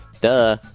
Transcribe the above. Duh